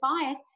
fires